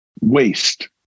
waste